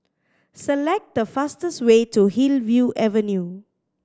select the fastest way to Hillview Avenue